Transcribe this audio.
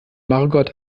margot